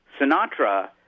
Sinatra